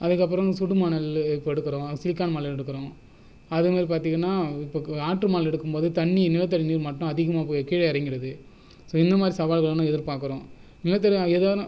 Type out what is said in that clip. அதுக்கு அப்புறம் சுடு மணல் இப்போது எடுக்கிறோம் சிலிக்கான் மணல் எடுக்கிறோம் அதுமாரி பார்த்தீங்கனா இப்போது ஆற்று மணல் எடுக்கும்போது தண்ணி நிலத்தடி நீர்மட்டம் அதிகமாக போய் கீழே இறங்கிவிடுது ஸோ இந்த மாதிரி சவால்களை எதிர்பார்க்குறோம் நிலத்தடி ஏதேனும்